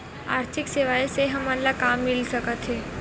आर्थिक सेवाएं से हमन ला का मिल सकत हे?